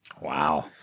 Wow